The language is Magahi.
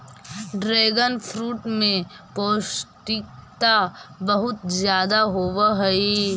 ड्रैगनफ्रूट में पौष्टिकता बहुत ज्यादा होवऽ हइ